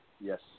Yes